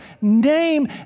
name